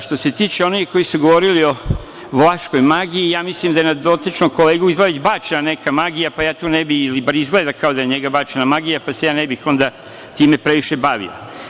Što se tiče onih koji su govorili o vlaškoj magiji, ja mislim da je na dotičnog kolegu izgleda već bačena neka magija, pa ja tu ne bih ili barem izgleda kao da je na njega bačena magija, pa se ja ne bih time previše bavio.